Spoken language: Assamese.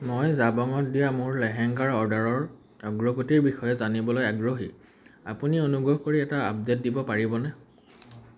মই জাবঙত দিয়া মোৰ লেহেঙ্গাৰ অৰ্ডাৰৰ অগ্ৰগতিৰ বিষয়ে জানিবলৈ আগ্ৰহী আপুনি অনুগ্ৰহ কৰি এটা আপডে'ট দিব পাৰিবনে